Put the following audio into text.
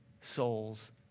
soul's